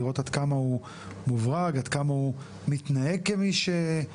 לראות עד כמה הוא מוברג עד כמה הוא מתנהג כמי שמנסה